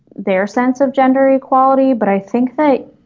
their sense of gender equality but i think they